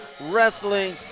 Wrestling